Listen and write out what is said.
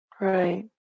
Right